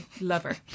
lover